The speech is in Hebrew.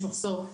יש מחסור.